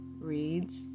reads